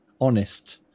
honest